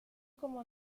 como